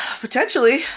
Potentially